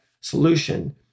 solution